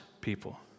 people